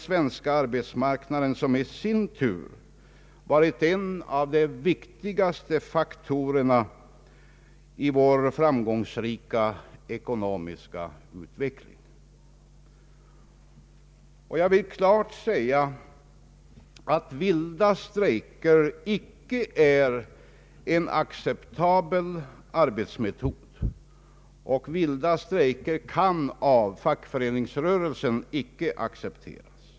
Denna stabilitet har i sin tur varit en av de viktigaste faktorerna i vår framgångsrika ekonomiska utveckling. Jag vill klart säga ifrån att vilda strejker icke är en acceptabel arbetsmetod, och vilda strejker kan av fackföreningsrörelsen icke accepteras.